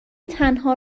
تنها